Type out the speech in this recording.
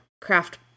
craft